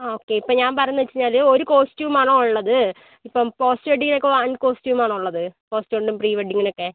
ആ ഓക്കെ ഇപ്പം ഞാൻ പറയുന്നത് വെച്ച് കഴിഞ്ഞാൽ ഒരു കോസ്ട്യൂമാണോ ഉള്ളത് ഇപ്പം പോസ്റ്റ് വെഡ്ഡിങ്ങിനൊക്കെ വൺ കോസ്ട്യൂമാണോ ഉള്ളത് പോസ്റ്റ് വണ്ണും പ്രീ വെഡ്ഡിങ്ങിനുമൊക്കെ